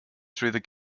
through